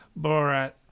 Borat